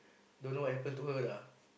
don't know what happened to her lah